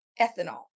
ethanol